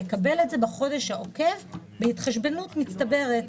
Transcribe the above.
יקבל את זה בחודש העוקב בהתחשבנות מצטברת.